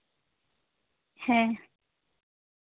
ᱦᱮᱸ